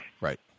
right